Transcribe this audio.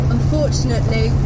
Unfortunately